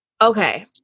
okay